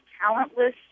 talentless